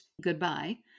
goodbye